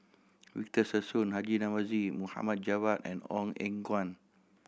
Victor Sassoon Haji Namazie Mohd Javad and Ong Eng Guan